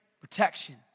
protection